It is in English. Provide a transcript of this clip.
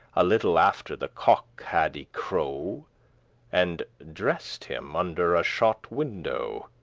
a little after the cock had y-crow, and dressed him under a shot window